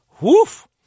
Woof